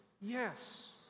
Yes